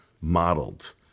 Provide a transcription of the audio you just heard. modeled